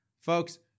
Folks